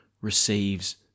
receives